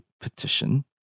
petition